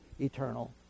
eternal